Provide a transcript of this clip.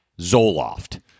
Zoloft